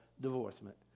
divorcement